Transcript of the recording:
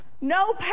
No